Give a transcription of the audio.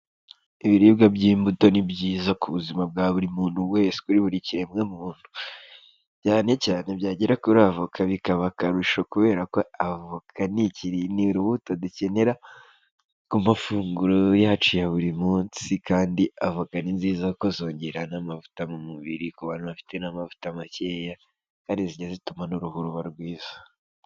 Ibiribwa by'imbuto ni byiza ku buzima bwa buri muntu wese, kuri buri kiremwa muntu cyane cyane byagera kuri avoka bikaba akarusho kubera ko ni urubuto dukenera ku mafunguro yacu ya buri munsi, kandi avoka ni nziza kuko zongera n'amavuta mu mubiri ku bantu bafite amavuta makeya, kandi zijya zituma n'uruhu ruba rwiza.